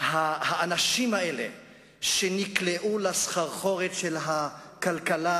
האנשים האלה שנקלעו לסחרחורת של הכלכלה